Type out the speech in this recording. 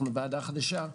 אנחנו וועדה חדשה,